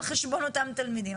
על חשבון אותם תלמידים.